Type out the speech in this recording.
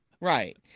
right